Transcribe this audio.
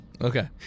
Okay